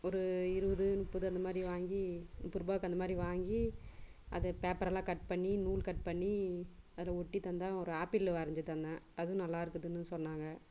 ஒரு இருபது முப்பது அந்தமாதிரி வாங்கி முப்பது ரூபாய்க்கு அந்த மாதிரி வாங்கி அது பேப்பர் எல்லாம் கட் பண்ணி நூல் கட் பண்ணி அதில் ஒட்டி தந்தால் ஒரு ஆப்பிள் வரஞ்சு தந்தேன் அதுவும் நல்லா இருக்குதுன்னு சொன்னாங்க